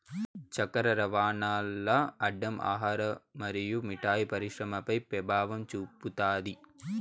చక్కర రవాణాల్ల అడ్డం ఆహార మరియు మిఠాయి పరిశ్రమపై పెభావం చూపుతాది